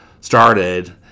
started